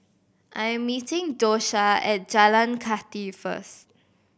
I am meeting Dosha at Jalan Kathi first